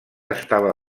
estava